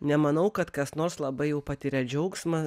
nemanau kad kas nors labai jau patiria džiaugsmą